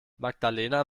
magdalena